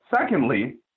Secondly